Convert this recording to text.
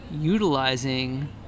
utilizing